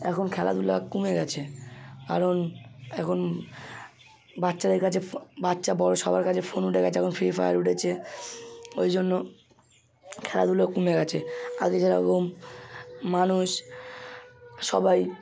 এখন খেলাধুলা কমে গেছে কারণ এখন বাচ্চাদের কাছে ফা বাচ্চা বড়ো সবার কাছে ফোন উঠে গেছে এখন ফ্রি ফায়ার উঠেছে ওই জন্য খেলাধুলো কমে গেছে আগে যেরকম মানুষ সবাই